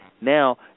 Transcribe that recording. Now